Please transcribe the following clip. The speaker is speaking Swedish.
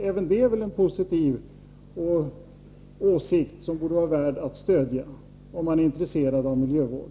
Även det är väl en positiv åsikt som borde vara värd att stödja, om man är intresserad av miljövård.